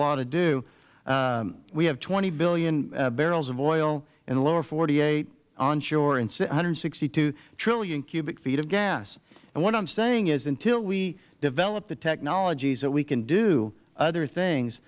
law to do we have twenty billion barrels of oil in the lower forty eight onshore and one hundred and sixty two trillion cubic feet of gas and what i am saying is until we develop the technologies that we can do other things